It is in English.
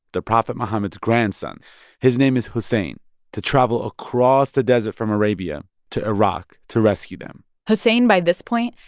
the prophet muhammad's grandson his name is hussain to travel across the desert from arabia to iraq to rescue them hussain, by this point,